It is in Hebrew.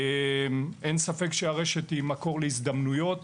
אין ספק שהרשת היא מקור להזדמנויות,